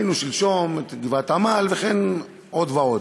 ראינו שלשום את גבעת-עמל, ועוד ועוד.